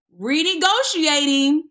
renegotiating